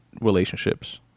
relationships